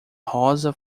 rosa